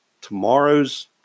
tomorrow's